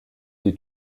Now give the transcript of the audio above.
die